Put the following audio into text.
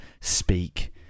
speak